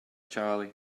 charley